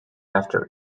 after